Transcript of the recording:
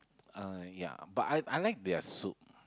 uh ya but I I like their soup